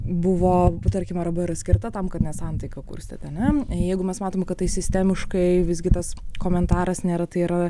buvo tarkim arba yra skirta tam kad nesantaiką kurstyt ane jeigu mes matome kad tai sistemiškai visgi tas komentaras nėra tai yra